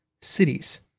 Cities